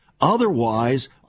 Otherwise